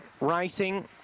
racing